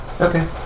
Okay